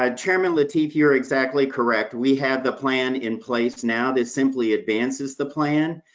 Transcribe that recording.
um chairman lateef, you are exactly correct. we had the plan in place, now this simply advances the plan.